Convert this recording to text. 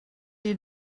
you